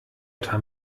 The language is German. etwa